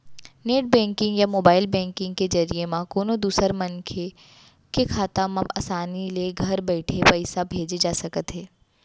net banking या mobile banking के जरिए म कोनों दूसर मनसे के खाता म आसानी ले घर बइठे पइसा भेजे जा सकत हे